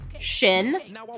Shin